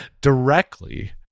directly